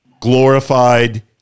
Glorified